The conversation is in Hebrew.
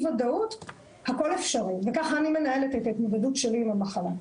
וודאות הכל אפשרי וככה אני מנהלת את ההתמודדות שלי עם המחלה,